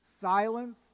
silence